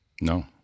No